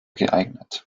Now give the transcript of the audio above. geeignet